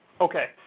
Okay